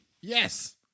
yes